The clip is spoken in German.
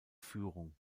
führung